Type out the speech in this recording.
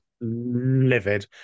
Livid